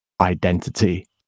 identity